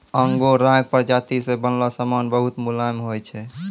आंगोराक प्राजाती से बनलो समान बहुत मुलायम होय छै